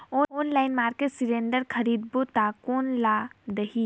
Online market cylinder खरीदबो ता कोन ला देही?